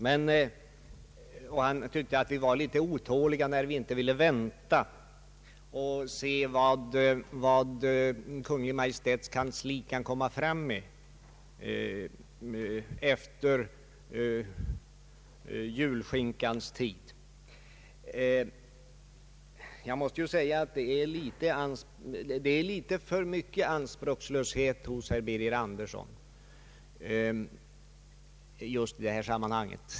Herr Andersson tyckte att vi var litet otåliga när vi inte ville vänta och se vad Kungl. Maj:ts kansli kan komma med efter julskinkans tid. Jag måste säga att herr Birger Andersson är alltför anspråkslös i detta sammanhang.